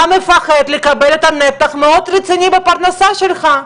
אתה מפחד לאבד נתח מאוד רציני בפרנסה שלך.